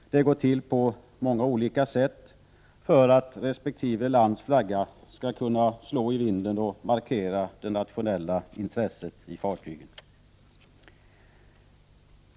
Det går till på många olika sätt för att resp. lands flagga skall kunna slå i vinden och markera det nationella intresset i fartygen.